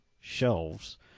shelves